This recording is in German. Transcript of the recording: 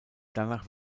danach